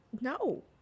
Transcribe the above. No